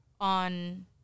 on